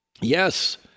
Yes